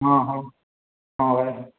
ହଁ ହେଉ ହଁ ରହିଲି